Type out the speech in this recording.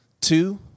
Two